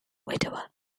widower